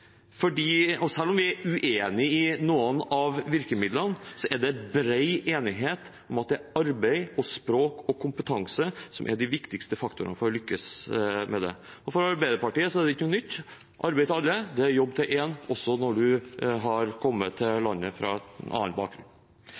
Selv om vi er uenig i noen av virkemidlene, er det bred enighet om at det er arbeid, språk og kompetanse som er de viktigste faktorene for å lykkes med det. For Arbeiderpartiet er det ikke noe nytt – arbeid til alle er jobb til én, også når man har kommet til landet med en annen bakgrunn.